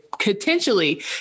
potentially